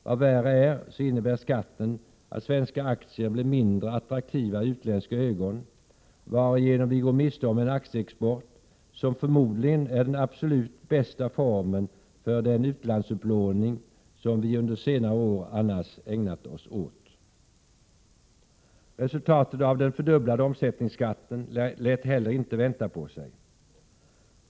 Vad värre är innebär skatten att svenska aktier blir mindre attraktiva i utländska ögon, varigenom vi går miste om en aktieexport, som förmodligen är den absolut bästa formen för den utlandsupplåning som vi under senare år annars ägnat oss åt. Resultatet av den fördubblade omsättningsskatten lät heller inte vänta på sig.